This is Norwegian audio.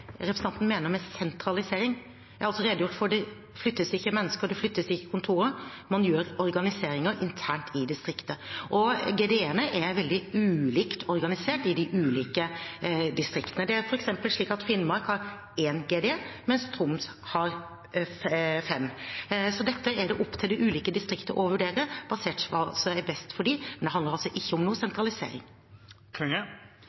representanten mener med sentralisering. Jeg har redegjort for at det ikke flyttes mennesker, at det ikke flyttes kontorer, men man gjør organiseringer internt i distriktet. Og GDE-ene er veldig ulikt organisert i de ulike distriktene. Det er f.eks. slik at Finnmark har én GDE, mens Troms har fem. Så dette er det opp til de ulike distrikt å vurdere, basert på hva som er best for dem. Men det handler altså ikke om